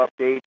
update